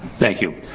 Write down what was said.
thank you.